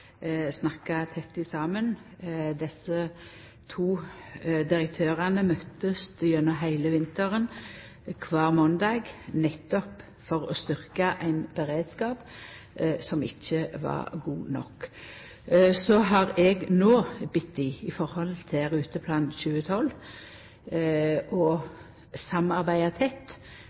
snakkar tett saman. Dei to direktørane har møtst kvar måndag gjennom heile vinteren, nettopp for å styrkja ein beredskap som ikkje var god nok. Når det gjeld «Ruteplan 2012», har eg